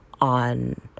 on